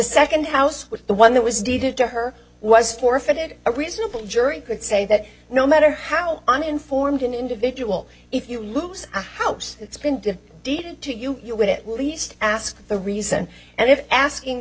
second house with the one that was dated to her was forfeited a reasonable jury could say that no matter how uninformed an individual if you lose a house it's been did did to you you would at least ask the reason and if asking the